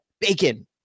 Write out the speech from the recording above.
bacon